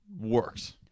works